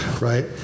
right